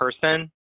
person